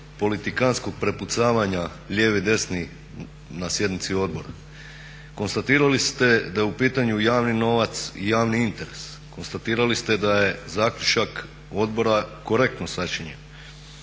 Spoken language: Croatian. politikantskog prepucavanja lijevi-desni na sjednici odbora. Konstatirali ste da je u pitanju javni novac i javni interes, konstatirali ste da je zaključak odbora korektno sačinjen,